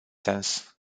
sens